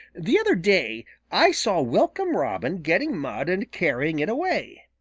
the other day i saw welcome robin getting mud and carrying it away.